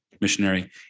missionary